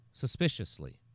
suspiciously